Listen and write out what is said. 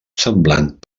semblant